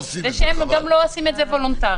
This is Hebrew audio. ושהם גם לא עושים את זה וולונטרי.